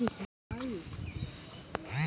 धान में लगने वाले प्रमुख कीट एवं विधियां बताएं?